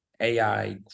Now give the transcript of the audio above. AI